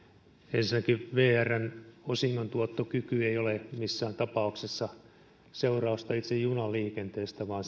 ensinnäkin vrn osingontuottokyky ei ole missään tapauksessa seurausta itse junaliikenteestä vaan